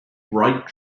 bright